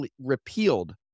repealed